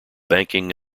banking